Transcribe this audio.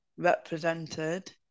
represented